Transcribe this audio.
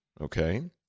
okay